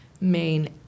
main